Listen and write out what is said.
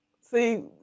See